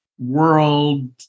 world